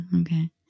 okay